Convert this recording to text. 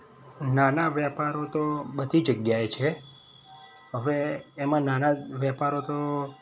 નાના વ્યાપારો તો બધી જગ્યાએ છે હવે એમાં નાના વેપારો તો